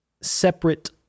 separate